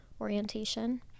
orientation